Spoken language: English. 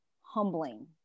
humbling